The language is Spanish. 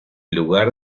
lugar